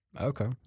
Okay